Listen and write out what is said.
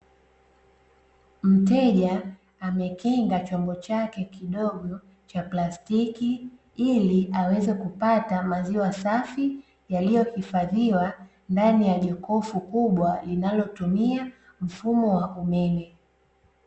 Mteja amekinga chombo chake kidogo cha plastiki ili aweze kupata maziwa safi yaliyohifadhiwa ndani ya jokofu kubwa linalotumia mfumo wa umeme.